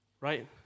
right